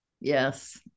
Yes